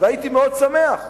והייתי מאוד שמח.